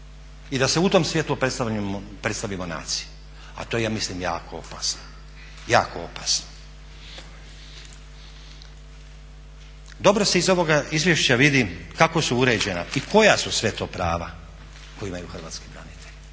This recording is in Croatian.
i da se u tom svjetlu predstavimo naciji, a to je ja mislim jako opasno, jako opasno. Dobro se iz ovoga izvješća vidi kako su uređena i koja su to sve prava koja imaju hrvatski branitelji.